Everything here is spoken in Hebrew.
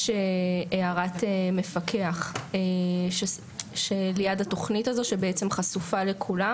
יש הערת מפקח שליד התוכנית הזאת שבעצם חשופה לכולם